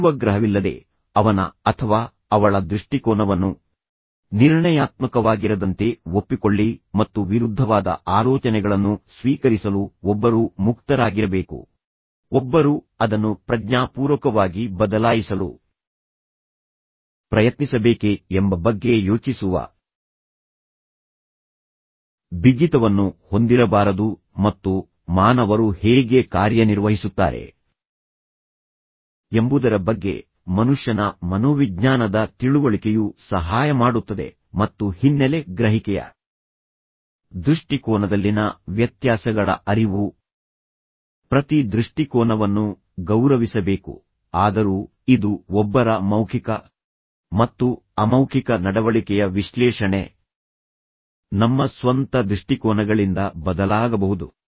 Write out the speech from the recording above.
ಪೂರ್ವಗ್ರಹವಿಲ್ಲದೆ ಅವನ ಅಥವಾ ಅವಳ ದೃಷ್ಟಿಕೋನವನ್ನು ನಿರ್ಣಯಾತ್ಮಕವಾಗಿರದಂತೆ ಒಪ್ಪಿಕೊಳ್ಳಿ ಮತ್ತು ವಿರುದ್ಧವಾದ ಆಲೋಚನೆಗಳನ್ನು ಸ್ವೀಕರಿಸಲು ಒಬ್ಬರು ಮುಕ್ತರಾಗಿರಬೇಕು ಒಬ್ಬರು ಅದನ್ನು ಪ್ರಜ್ಞಾಪೂರ್ವಕವಾಗಿ ಬದಲಾಯಿಸಲು ಪ್ರಯತ್ನಿಸಬೇಕೇ ಎಂಬ ಬಗ್ಗೆ ಯೋಚಿಸುವ ಬಿಗಿತವನ್ನು ಹೊಂದಿರಬಾರದು ಮತ್ತು ಮಾನವರು ಹೇಗೆ ಕಾರ್ಯನಿರ್ವಹಿಸುತ್ತಾರೆ ಎಂಬುದರ ಬಗ್ಗೆ ಮನುಷ್ಯನ ಮನೋವಿಜ್ಞಾನದ ತಿಳುವಳಿಕೆಯು ಸಹಾಯ ಮಾಡುತ್ತದೆ ಮತ್ತು ಹಿನ್ನೆಲೆ ಗ್ರಹಿಕೆಯ ದೃಷ್ಟಿಕೋನದಲ್ಲಿನ ವ್ಯತ್ಯಾಸಗಳ ಅರಿವು ಪ್ರತಿ ದೃಷ್ಟಿಕೋನವನ್ನು ಗೌರವಿಸಬೇಕು ಆದರೂ ಇದು ಒಬ್ಬರ ಮೌಖಿಕ ಮತ್ತು ಅಮೌಖಿಕ ನಡವಳಿಕೆಯ ವಿಶ್ಲೇಷಣೆ ನಮ್ಮ ಸ್ವಂತ ದೃಷ್ಟಿಕೋನಗಳಿಂದ ಬದಲಾಗಬಹುದು